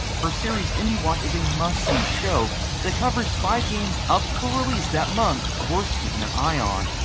her series indiewatch is a must see show that covers five games up for release that month worth keeping an eye on.